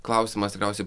klausimas tikriausiai